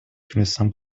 تونستم